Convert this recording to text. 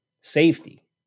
Safety